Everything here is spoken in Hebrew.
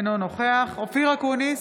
אינו נוכח אופיר אקוניס,